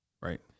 Right